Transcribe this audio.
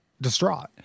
distraught